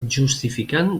justificant